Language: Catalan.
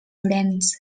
llorenç